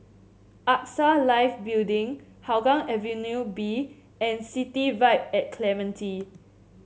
AXA Life Building Hougang Avenue B and City Vibe at Clementi